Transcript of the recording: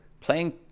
playing